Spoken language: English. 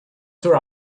tour